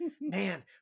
man